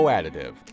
Additive